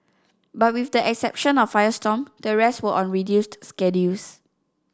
but with the exception of Firestorm the rest were on reduced schedules